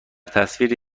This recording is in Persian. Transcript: تصویر